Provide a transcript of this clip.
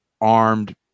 armed